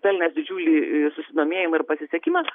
pelnęs didžiulį susidomėjimą ir pasisekimą